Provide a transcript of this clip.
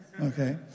okay